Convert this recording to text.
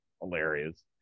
Hilarious